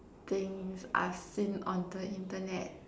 things I've seen on the Internet